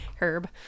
Herb